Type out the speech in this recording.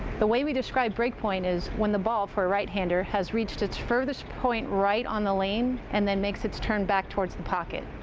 the way we describe break point is when a ball, for a right-hander, has reached its furthest point right on the lane, and then makes its turn back towards the pocket.